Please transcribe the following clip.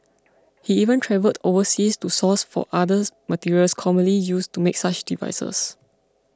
he even travelled overseas to source for other materials commonly used to make such devices